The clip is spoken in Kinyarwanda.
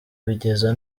bigeza